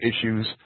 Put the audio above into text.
issues